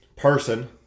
person